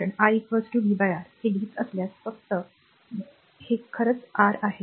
कारण मी v R हे लिहित असल्यास फक्त धरा तर हे खरंच आर आहे